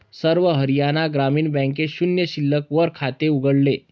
सर्व हरियाणा ग्रामीण बँकेत शून्य शिल्लक वर खाते उघडले